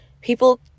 people